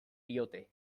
diote